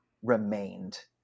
remained